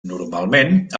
normalment